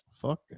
Fuck